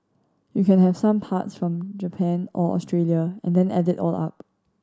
you can have some parts from Japan or Australia and then add it all up